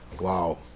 wow